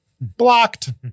Blocked